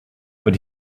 but